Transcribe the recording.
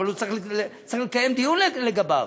אבל צריך לקיים דיון לגביו.